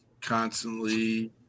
constantly